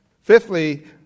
Fifthly